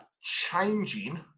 changing